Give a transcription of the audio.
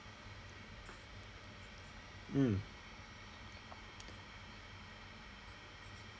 mm